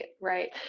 right